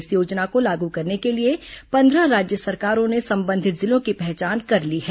इस योजना को लागू करने के लिए पंद्रह राज्य सरकारों ने संबंधित जिलों की पहचान कर ली है